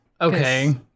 Okay